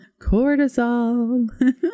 cortisol